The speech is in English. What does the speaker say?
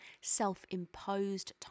self-imposed